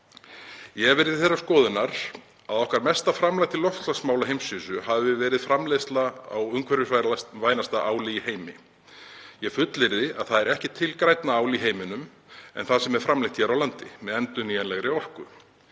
Ég hef verið þeirrar skoðunar að okkar mesta framlag til loftslagsmála á heimsvísu hafi verið framleiðsla á umhverfisvænasta áli í heimi. Ég fullyrði að ekki er til grænna ál í heiminum en það sem er framleitt hér á landi með endurnýjanlegri orku.